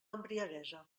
embriaguesa